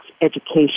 education